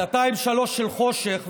שנתיים-שלוש של חושך,